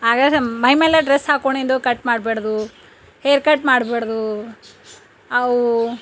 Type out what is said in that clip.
ಹಾಗರೆ ಮೈ ಮೇಲೆ ಡ್ರೆಸ್ ಹಾಕೊಂಡಿದ್ದು ಕಟ್ ಮಾಡ್ಬಾರ್ದು ಹೇರ್ ಕಟ್ ಮಾಡ್ಬಾರ್ದು ಅವು